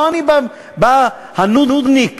לא שאני בא, הנודניק,